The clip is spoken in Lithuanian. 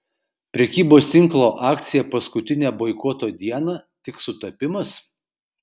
prekybos tinklo akcija paskutinę boikoto dieną tik sutapimas